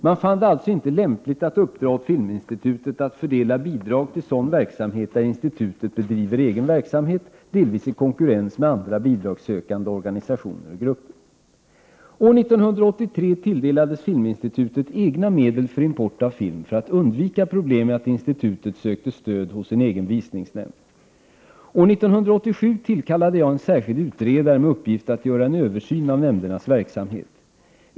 Man fann det alltså inte lämpligt att uppdra åt Filminstitutet att fördela bidrag till sådan verksamhet där institutet bedriver egen verksamhet, delvis i konkurrens med andra bidragssökande organisationer och grupper. År 1983 tilldelades Filminstitutet egna medel för import av film för att undvika problem med att institutet sökte stöd hos sin egen Visningsnämnd. År 1987 tillkallade jag en särskild utredare med uppgift att göra en översyn av nämndernas verksamhet.